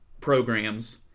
programs